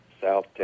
South